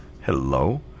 Hello